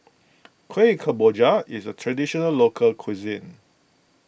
Kueh Kemboja is a Traditional Local Cuisine